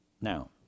Now